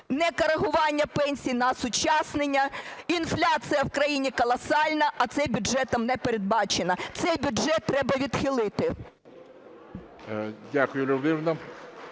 ні коригування пенсій на осучаснення. Інфляція в країні колосальна, а це бюджетом не передбачено. Цей бюджет треба відхилити. ГОЛОВУЮЧИЙ.